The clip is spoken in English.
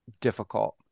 difficult